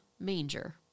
Manger